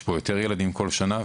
יש פה יותר ילדים כל שנה,